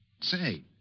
Say